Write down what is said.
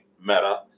meta